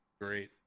Great